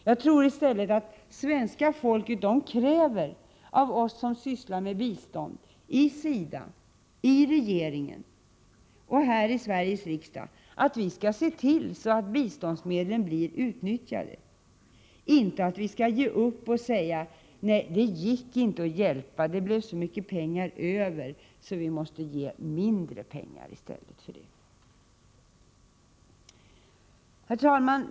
Jag tror i stället att svenska folket kräver av oss som sysslar med bistånd — inom SIDA, i regeringen och här i Sveriges riksdag — att vi skall se till så att biståndsmedlen blir utnyttjade, inte att vi skall ge upp och säga: ”Det gick inte att hjälpa. Det blev så mycket pengar över, så vi måste ge mindre pengar i stället.” Herr talman!